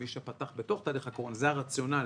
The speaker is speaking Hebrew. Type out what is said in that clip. מי שפתח בתוך תהליך הקורונה זה הרציונל